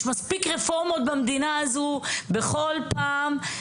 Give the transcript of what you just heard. יש מספיק רפורמות במדינה הזו בכל פעם,